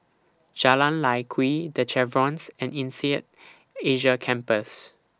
Jalan Lye Kwee The Chevrons and Insead Asia Campus